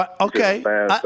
Okay